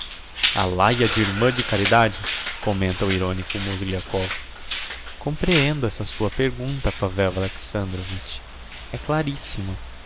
á laia de irmã de caridade commenta o ironico mozgliakov comprehendo essa sua pergunta pavel alexandrovitch é clarissima